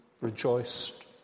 rejoiced